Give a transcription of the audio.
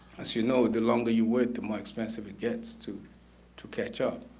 as you know the longer you wait the more expensive it gets to to catch up.